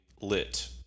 lit